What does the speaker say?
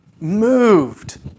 moved